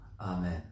Amen